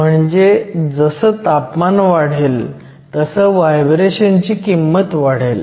म्हणजे जसं तापमान वाढेल तसं व्हायब्रेशनची किंमत वाढेल